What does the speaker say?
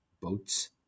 boats